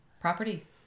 property